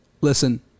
Listen